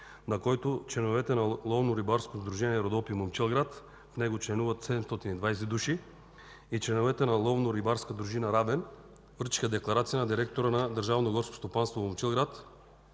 на който членовете на Ловно-рибарско сдружение „Родопи” Момчилград – в него членуват 720 души, и членовете на Ловно-рибарска дружина – Равен, връчиха декларация на директора на Държавно